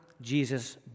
Jesus